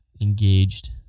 engaged